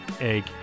egg